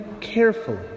carefully